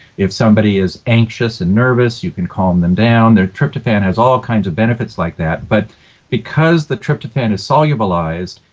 if somebody is anxious and nervous, you can calm them down. tryptophan has all kinds of benefits like that, but because the tryptophan is solublelized,